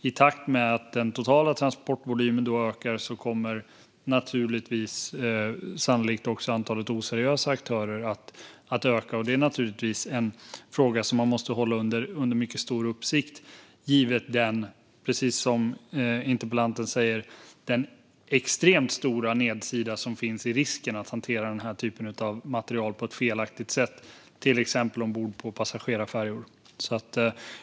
I takt med att den totala transportvolymen ökar kommer sannolikt också antalet oseriösa aktörer att öka. Det är naturligtvis en fråga som man måste hålla under mycket stor uppsikt. Precis som interpellanten säger finns en extremt stor nedsida i riskerna med att hantera den här typen av material på ett felaktigt sätt, till exempel ombord på passagerarfärjor.